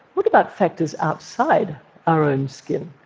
what about factors outside our own skin?